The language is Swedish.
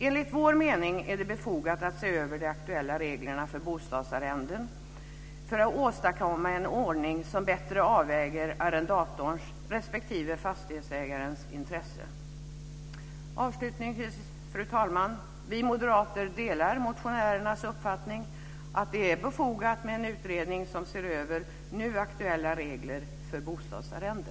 Enligt vår mening är det befogat att se över de aktuella reglerna för bostadsarrenden för att åstadkomma en ordning som bättre avväger arrendatorns respektive fastighetsägarens intressen. Avslutningsvis, fru talman, delar vi moderater motionärernas uppfattning att det är befogat med en utredning som ser över nu aktuella regler för bostadsarrende.